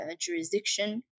jurisdiction